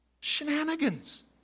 Shenanigans